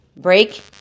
Break